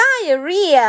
Diarrhea